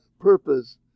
purpose